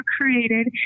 created